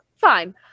fine